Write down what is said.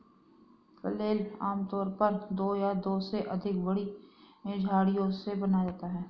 flail आमतौर पर दो या दो से अधिक बड़ी छड़ियों से बनाया जाता है